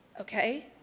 Okay